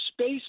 space